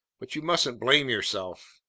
but you mustn't blame yourself.